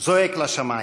שלו זועק לשמיים.